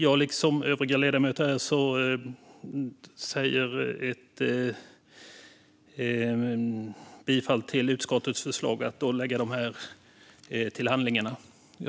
Jag yrkar bifall till utskottets förslag att lägga skrivelsen till handlingarna.